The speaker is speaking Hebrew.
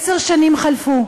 עשר שנים חלפו,